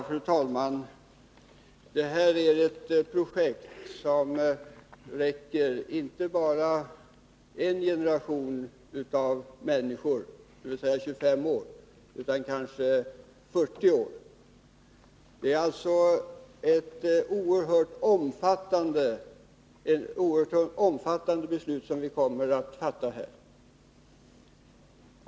Fru talman! Detta är ett projekt som räcker inte bara en generation dvs. 25 år, utan kanske 40 år. Det är alltså ett oerhört omfattande beslut som vi kommer att fatta.